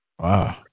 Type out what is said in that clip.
Wow